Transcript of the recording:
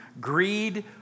greed